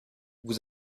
vous